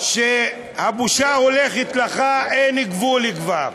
כשהבושה הולכת לך, אין גבול כבר.